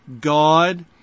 God